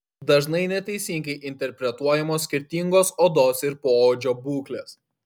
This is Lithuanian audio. dažnai neteisingai interpretuojamos skirtingos odos ir poodžio būklės